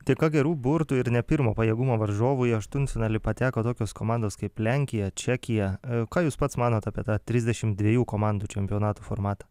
dėka gerų burtų ir ne pirmo pajėgumo varžovų į aštuntfinalį pateko tokios komandos kaip lenkija čekija ką jūs pats manote apie tą trisdešimt dviejų komandų čempionato formatą